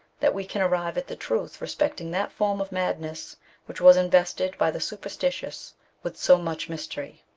that we can arrive at the truth respecting that form of mad ness which was invested by the superstitious with so much mystery.